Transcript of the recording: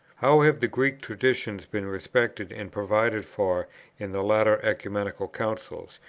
how have the greek traditions been respected and provided for in the later ecumenical councils,